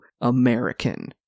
American